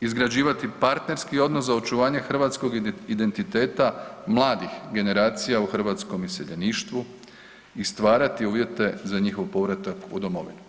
izgrađivati partnerski odnos za očuvanje hrvatskog identiteta mladih generacija u hrvatskom iseljeništvu i stvarati uvjete za njihov povratak u domovinu.